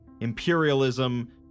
imperialism